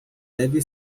deve